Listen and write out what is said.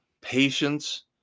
patience